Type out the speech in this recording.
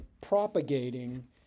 propagating